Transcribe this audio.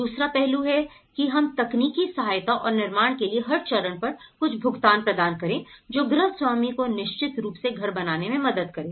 दूसरा पहलू है की हम तकनीकी सहायता और निर्माण के लिए हर चरण पर कुछ भुगतान प्रदान करें जो गृहस्वामी को निश्चित रूप से घर बनाने में मदद करें